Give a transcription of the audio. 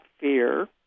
fear